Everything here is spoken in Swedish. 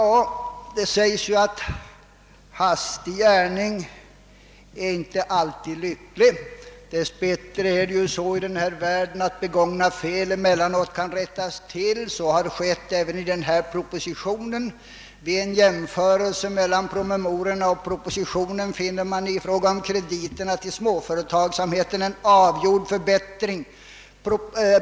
Det sägs ju att hastig gärning inte alltid är lycklig. Dess bättre är det så i den här världen, att begångna fel emellanåt kan rättas till. Så har skett även i denna proposition. Vid en jämförelse mellan promemoriorna och propositionen finner man i fråga om krediterna till småföretagsamheten en avgjord förbättring.